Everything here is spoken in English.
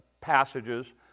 passages